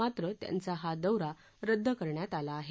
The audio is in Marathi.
मात्र त्यांचा हा दौरा रद्द करण्यात आला आहे